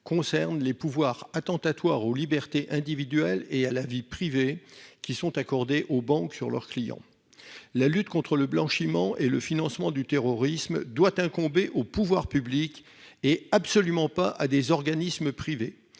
concerne les pouvoirs attentatoires aux libertés individuelles et à la vie privée de leurs clients qui sont accordés aux banques. La lutte contre le blanchiment et le financement du terrorisme doit incomber aux pouvoirs publics et non pas à des organismes privés.